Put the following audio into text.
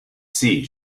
six